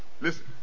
Listen